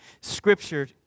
Scripture